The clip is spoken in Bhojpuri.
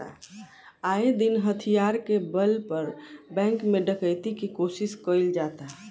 आये दिन हथियार के बल पर बैंक में डकैती के कोशिश कईल जाता